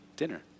dinner